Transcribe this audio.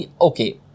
okay